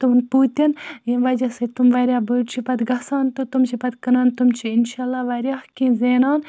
تمَن پوٗتٮ۪ن ییٚمہِ وَجہ سۭتۍ تم واریاہ بٔڑۍ چھِ پَتہٕ گَژھان تہٕ تم چھِ پَتہٕ کٕنان تم چھِ اِنشاء اللہ واریاہ کینٛہہ زینان